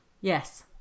Yes